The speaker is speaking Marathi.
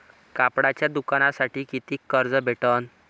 कापडाच्या दुकानासाठी कितीक कर्ज भेटन?